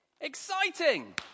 exciting